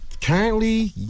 Currently